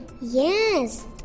Yes